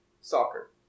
soccer